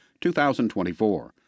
2024